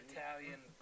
Italian